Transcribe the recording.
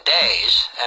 days